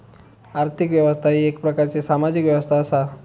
आर्थिक व्यवस्था ही येक प्रकारची सामाजिक व्यवस्था असा